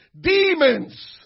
demons